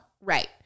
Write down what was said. Right